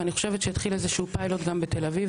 ואני חושבת שהתחיל איזשהו פיילוט גם בתל אביב,